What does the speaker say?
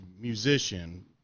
musician